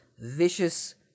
vicious